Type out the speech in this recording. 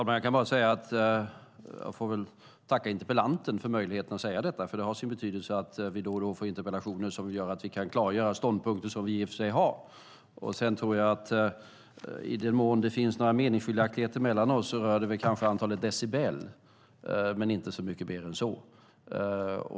Herr talman! Jag får tacka interpellanten för möjligheten att säga detta, för det har sin betydelse att vi då och då får interpellationer som gör att vi kan klargöra ståndpunkter som vi har. Sedan tror jag att i den mån det finns några meningsskiljaktigheter mellan oss rör det kanske antalet decibel men inte så mycket mer än så.